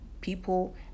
people